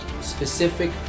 Specific